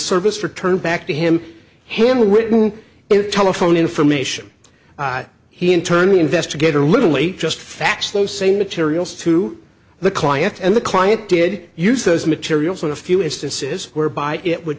service returned back to him him written in telephone information he in turn the investigator literally just fax those same materials to the client and the client did use those materials in a few instances whereby it would